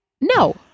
no